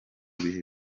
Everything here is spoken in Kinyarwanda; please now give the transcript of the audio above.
bihe